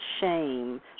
shame